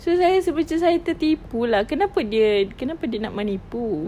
so saya rasa kepercayaan saya tertipu lah kenapa dia kenapa dia nak menipu